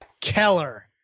Keller